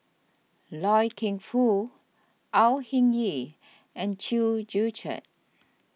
Loy Keng Foo Au Hing Yee and Chew Joo Chiat